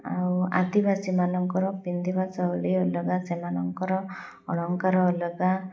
ଆଉ ଆଦିବାସୀମାନଙ୍କର ପିନ୍ଧିବା ଶୈଳୀ ଅଲଗା ସେମାନଙ୍କର ଅଳଙ୍କାର ଅଲଗା